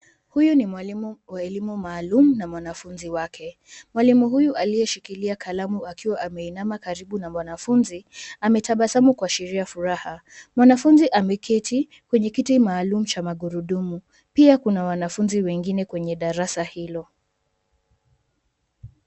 Huyu ni mwalimu wa elimu maalum, na mwanafunzi wake. Mwalimu Huyu aliyeshikilia kalamu akiwa ameinama karibu na mwanafunzi ametabasamu kuashiria furaha. Mwanafunzi ameketi kwenye kiti maalum cha magurudumu. Pia kuna wanafunzi wengine kwenye darasa hilo.